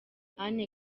anne